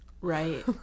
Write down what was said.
Right